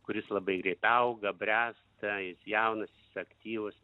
kuris labai greit auga bręsta jis jaunas jis aktyvus